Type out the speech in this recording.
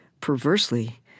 perversely